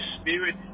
spirit